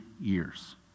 years